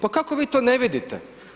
Pa kako vi to ne vidite?